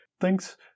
thanks